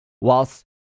whilst